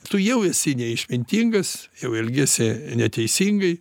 tu jau esi neišmintingas jau elgiesi neteisingai